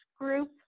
group